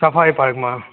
safari પાર્કમાં